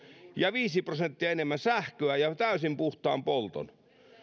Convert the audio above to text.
viisi prosenttia enemmän sähköä ja täysin puhtaan polton